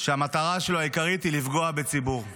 שהמטרה העיקרית שלו היא לפגוע בציבור.